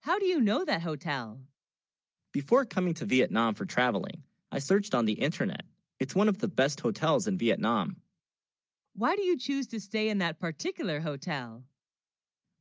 how, do you know that hotel before coming to vietnam for traveling i searched on the internet it's one of the best hotels in vietnam why, do you choose to stay in that particular hotel